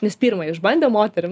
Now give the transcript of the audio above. nes pirmą išbandė moterim